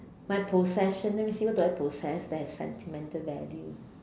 my possession let me see what do I posses that has sentimental value